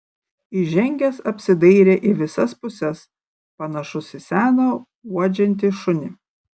įžengęs apsidairė į visas puses panašus į seną uodžiantį šunį